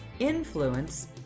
influence